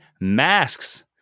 masks